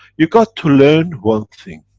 you got to learn one thing.